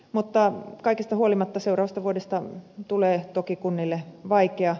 mutta kaikesta huolimatta seuraavasta vuodesta tulee toki kunnille vaikea